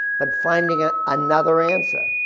but finding ah another answer,